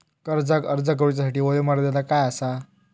कर्जाक अर्ज करुच्यासाठी वयोमर्यादा काय आसा?